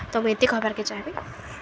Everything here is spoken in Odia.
ତ ମୁଇଁ ଏତେ ଖବାର୍କେ ଚାହିଁବି